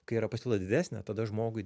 kai yra pasiūla didesnė tada žmogui